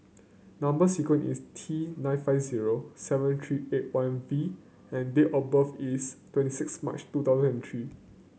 number sequence is T nine five zero seven three eight one V and date of birth is twenty six March two thousand and three